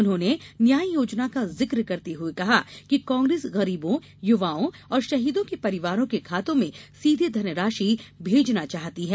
उन्होंने न्याय योजना का जिक करते हुए कहा कि कांग्रेस गरीबों यूवाओं और शहीदों के परिवारों के खातों में सीधे धनराशि भेजना चाहती है